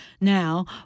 now